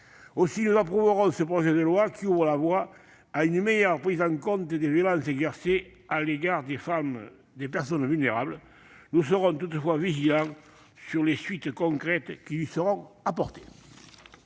Aussi, nous approuverons ce projet de loi, qui ouvre la voie à une meilleure prise en compte des violences exercées à l'égard des personnes vulnérables. Nous resterons toutefois attentifs aux suites concrètes qui lui seront données.